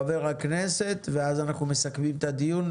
חבר הכנסת ואז אנחנו מסכמים את הדיון.